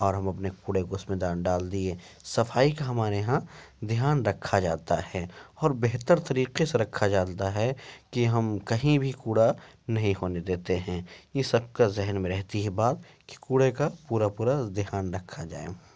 اور ہم اپنے کوڑے کو اس میں ڈال دیے صفائی کا ہمارے یہاں دھیان رکھا جاتا ہے اور بہتر طریقے سے رکھا جاتا ہے کہ ہم کہیں بھی کوڑا نہیں ہونے دیتے ہیں یہ سب کا ذہن میں رہتی ہے بات کہ کوڑے کو پورا پورا دھیان رکھا جائے